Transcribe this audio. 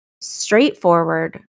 Straightforward